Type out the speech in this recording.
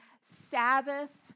Sabbath